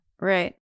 Right